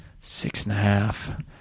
Six-and-a-half